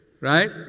Right